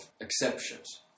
exceptions